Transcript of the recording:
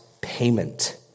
payment